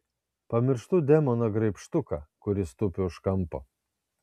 pamirštu demoną graibštuką kuris tupi už kampo